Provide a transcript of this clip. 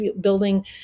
Building